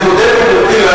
אני מודה לגברתי.